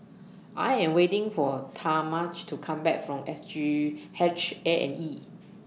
I Am waiting For Talmadge to Come Back from S G H A and E